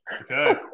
Okay